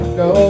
go